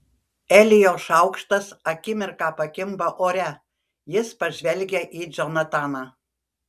elijo šaukštas akimirką pakimba ore jis pažvelgia į džonataną